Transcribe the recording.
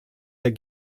der